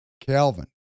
Calvin